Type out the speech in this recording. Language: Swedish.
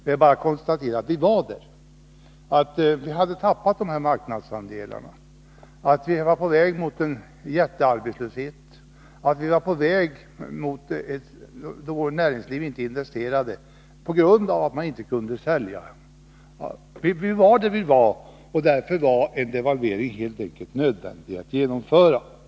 Jag bara konstaterar att vi var där: Vi hade tappat marknadsandelar, vi var på väg mot en jättearbetslöshet, och vi var på väg mot ett läge där näringslivet inte investerade på grund av att man inte kunde sälja. Därför var det helt enkelt nödvändigt att genomföra en devalvering.